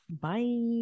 Bye